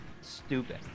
stupid